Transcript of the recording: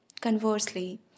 Conversely